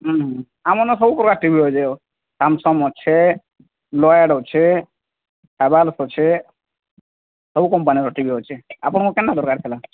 ହୁଁ ହୁଁ ଆମର ସବୁ ପ୍ରକାର ଟି ଭି ରହିବ ସାମ୍ସଙ୍ଗ ଅଛି ଲଏଡ଼ ଅଛି ଅଛି ସବୁ କମ୍ପାନୀର ଟି ଭି ଅଛି ଆପଣଙ୍କର କେମିତିଆ ଦରକାର ଥିଲା